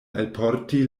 alporti